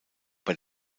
bei